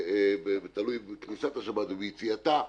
ותלוי בכניסת השבת וביציאתה,